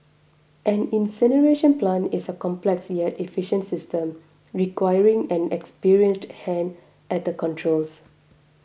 an incineration plant is a complex yet efficient system requiring an experienced hand at the controls